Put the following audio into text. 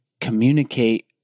communicate